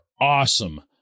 awesome